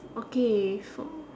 okay for